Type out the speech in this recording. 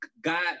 God